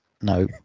no